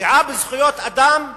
פגיעה בזכויות אדם,